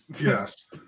Yes